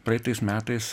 praeitais metais